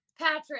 Patrick